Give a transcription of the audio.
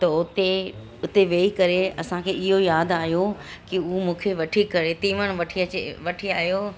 त उते उते वेही करे असांखे इयो यादि आयो की उ मूंखे वठी करे तीवण वठी अचे वठी आयो